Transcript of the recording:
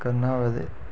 करना होऐ ते